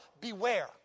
beware